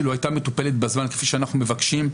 אילו הייתה מטופלת בזמן כפי שאנחנו מבקשים,